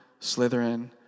Slytherin